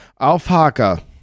Alfaka